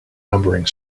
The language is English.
numbering